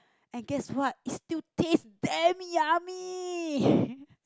and guess what is still taste damn yummy